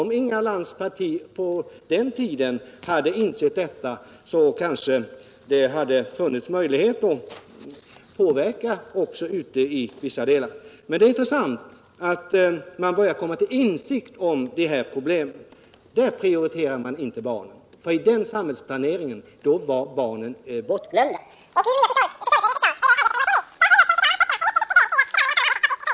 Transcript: Om Inga Lantz parti på den tiden hade insett detta, så hade man kanske haft möjligheter att påverka förhållandena. Men det är intressant att man nu börjar komma till insikt om dessa problem. På den tiden prioriterade man inte barnomsorgen, utan i den samhällsplaneringen var barnen bortglömda. I den nya socialutredningens förslag är de sociala aspekterna en mycket viktig del i socialnämndernas kommande arbete och kommunernas planering. Det gäller att se till att det blir sådana miljöer och sådana kontaktnät att människor kan fungera.